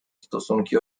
stosunki